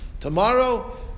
Tomorrow